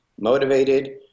motivated